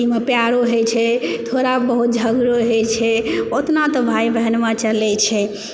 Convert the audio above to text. ई मे प्यारो होइ छै थोड़ा बहुत झगड़ो होइ छै ओतना तऽ भाइ बहनमे चलै छै